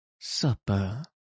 Supper